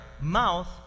mouth